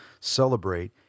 celebrate